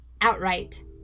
outright